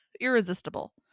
irresistible